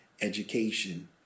education